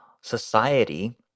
society